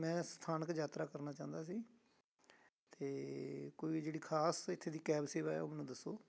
ਮੈਂ ਸਥਾਨਕ ਯਾਤਰਾ ਕਰਨਾ ਚਾਹੁੰਦਾ ਸੀ ਅਤੇ ਕੋਈ ਜਿਹੜੀ ਖ਼ਾਸ ਇੱਥੇ ਦੀ ਕੈਬ ਸੇਵਾ ਹੈ ਉਹ ਮੈਨੂੰ ਦੱਸੋ